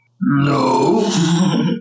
No